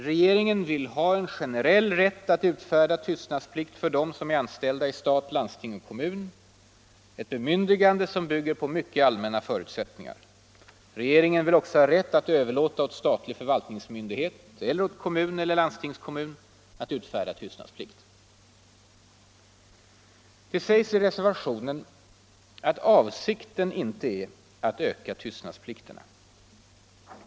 Regeringen vill ha en generell rätt att utfärda tystnadsplikt för dem som är anställda i stat, landsting och kommun, ett bemyndigande som bygger på mycket allmänna förutsättningar. Regeringen vill också ha rätt att överlåta åt statlig förvaltningsmyndighet eller åt kommun eller landstingskommun att utfärda tystnadsplikt. Det sägs i reservationen att avsikten inte är att öka tystnadsplikterna.